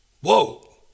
Whoa